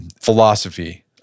philosophy